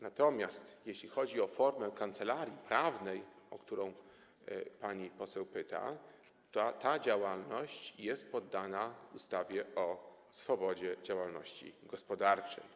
Natomiast jeśli chodzi o formę kancelarii prawnej, o którą pani poseł pyta, to działalność w tej formie podlega ustawie o swobodzie działalności gospodarczej.